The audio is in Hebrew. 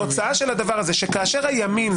התוצאה של הדבר הזה שכאשר הימין,